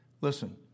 Listen